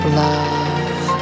love